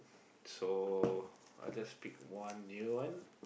so I just pick one new one